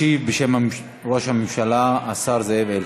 ישיב בשם ראש הממשלה השר זאב אלקין.